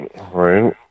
Right